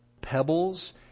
pebbles